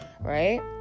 right